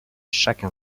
chaque